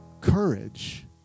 courage